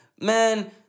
Man